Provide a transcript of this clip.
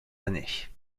années